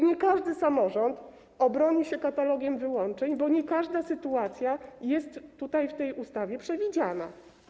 Nie każdy samorząd obroni się katalogiem wyłączeń, bo nie każda sytuacja jest w tej ustawie przewidziana.